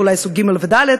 אולי סוג ג' וד'?